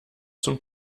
zum